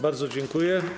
Bardzo dziękuję.